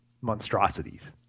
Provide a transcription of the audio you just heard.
monstrosities